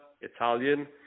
Italian